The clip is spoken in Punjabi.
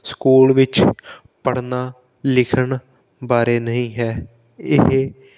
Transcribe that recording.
ਸਕੂਲ ਵਿੱਚ ਪੜ੍ਹਨ ਲਿਖਣ ਬਾਰੇ ਨਹੀਂ ਹੈ ਇਹ